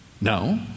No